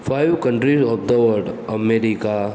five countries of the world America